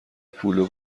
پول